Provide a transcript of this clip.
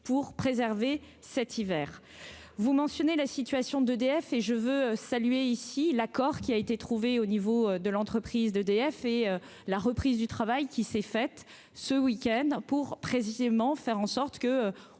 pour préserver cet hiver vous mentionnez la situation d'EDF et je veux saluer ici l'accord qui a été trouvé au niveau de l'entreprise d'EDF et la reprise du travail, qui s'est fait ce week-end pour précisément faire en sorte que,